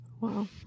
Wow